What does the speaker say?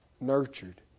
nurtured